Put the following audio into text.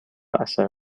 اثر